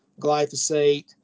glyphosate